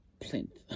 plinth